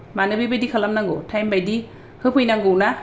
मानो बेबायदि खालामनांगौ थायम बायदि होफैनांगौना